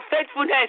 faithfulness